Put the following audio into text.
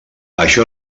això